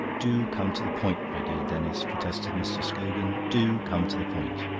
do come to the point, my dear denis, protested mr. scogan. do come to the point.